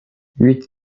huit